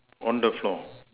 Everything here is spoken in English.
on the floor